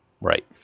Right